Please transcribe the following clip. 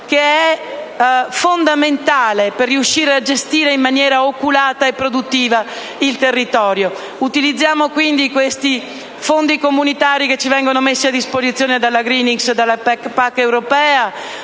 cosa fondamentale per riuscire a gestire in maniera oculata e produttiva il territorio. Utilizziamo, dunque, i fondi comunitari che ci vengono messi a disposizione dalla PAC per